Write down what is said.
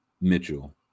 Mitchell